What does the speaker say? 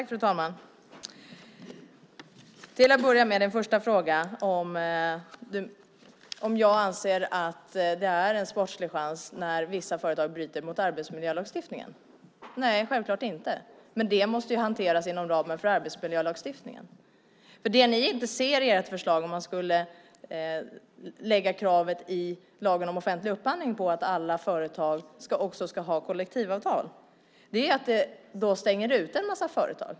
Fru talman! Den första frågan gällde om jag anser att det finns en sportslig chans för alla när vissa företag bryter mot arbetsmiljölagstiftningen. Nej, självfallet inte - men det måste hanteras inom ramen för arbetsmiljölagstiftningen. Det ni inte ser i ert förslag om att man skulle ställa krav i lagen om offentlig upphandling på att alla företag ska ha kollektivavtal är att man då stänger ute en massa företag.